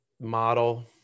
model